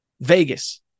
Vegas